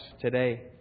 today